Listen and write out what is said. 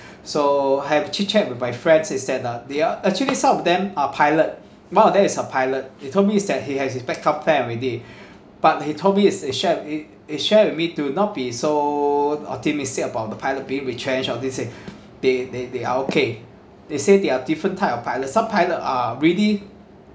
so have chit chat with my friend says that ah they are actually some of them are pilot one of them is a pilot he told me is that he has his backup plan already but he told me is he share he he share with me to not be so optimistic about the pilot pay retrench all this say they they they are okay they say there are different type of pilot some pilot are already